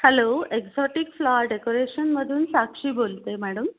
hello exotic flower डेकोरेशनमधून साक्षी बोलते madam